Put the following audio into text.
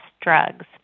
drugs